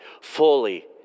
Fully